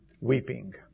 weeping